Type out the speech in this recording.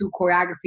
choreography